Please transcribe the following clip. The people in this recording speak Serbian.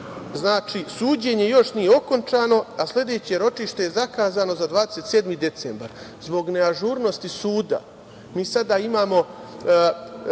Znači, suđenje još nije okončano, a sledeće ročište je zakazano za 27. decembar. Zbog neažurnosti suda mi sada imamo